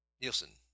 nielsen